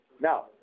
Now